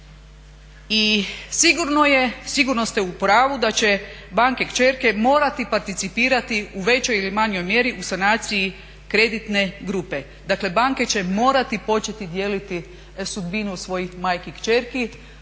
I sigurno ste u pravu da će banke kćerke morati participirati u većoj ili manjoj mjeri u sanaciji kreditne grupe. Dakle banke će morati početi dijeliti sudbinu svojih majki kćerki,